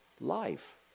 life